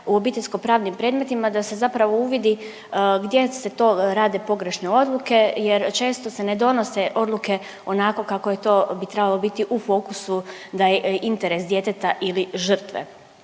u obiteljsko pravnim predmetima da se zapravo uvidi gdje se to rade pogrešne odluke, jer često se ne donose odluke onako kako je to bi trebalo biti u fokusu da je interes djeteta ili žrtve.